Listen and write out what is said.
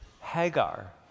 Hagar